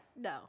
No